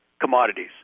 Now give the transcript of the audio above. commodities